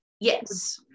Yes